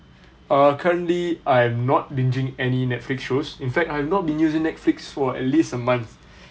uh currently I'm not binging any netflix shows in fact I've not been using netflix for at least a month